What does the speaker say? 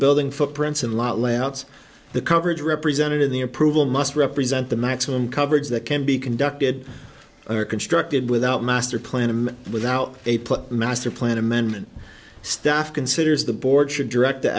building footprints and lot less outs the coverage represented in the approval must represent the maximum coverage that can be conducted or constructed without master plan and without a put master plan amendment stuff considers the board should direct the